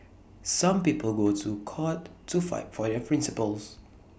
some people go to court to fight for their principles